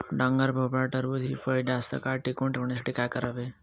डांगर, भोपळा, टरबूज हि फळे जास्त काळ टिकवून ठेवण्यासाठी काय करावे?